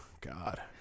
God